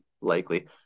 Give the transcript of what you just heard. likely